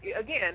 again